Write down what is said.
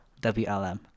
WLM